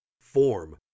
form